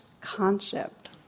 concept